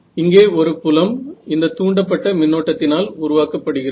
இங்கே ஒரு புலம் இந்த தூண்டப்பட்ட மின்னோட்டத்தினால் உருவாக்கப்படுகிறது